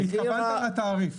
התכוונת לתעריף.